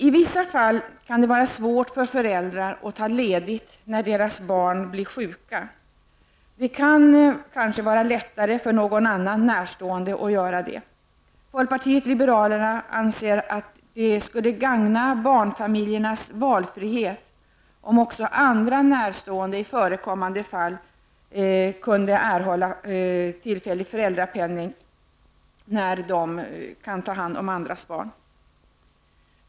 I vissa fall kan det vara svårt för föräldrar att ta ledigt när deras barn blir sjuka. Det kanske kan vara lättare för någon annan närstående att göra det. Folkpartiet liberalerna anser att det skulle gagna barnfamiljernas valfrihet om också andra närstående i förekommande fall kunde erhålla tillfällig föräldrapenning när de tar hand om barnen.